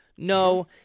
No